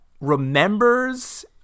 remembers